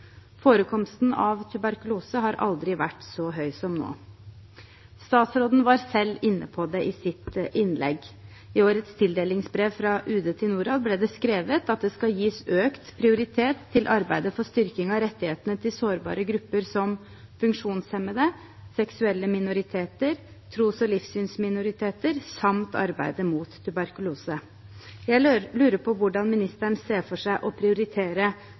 Forekomsten av tuberkulose har aldri vært så høy som nå. Statsråden var selv inne på det i sitt innlegg. I årets tildelingsbrev fra Utenriksdepartementet til Norad ble det skrevet at økt prioritet skal gis til arbeidet for å styrke rettighetene til sårbare grupper, som funksjonshemmede, seksuelle minoriteter, tros- og livssynsminoriteter, samt til arbeidet mot tuberkulose. Jeg lurer på hvordan ministeren ser for seg å prioritere kampen mot tuberkulose i sitt eget arbeid, og